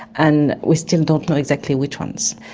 and we still don't know exactly which ones.